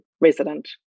resident